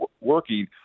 working